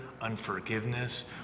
unforgiveness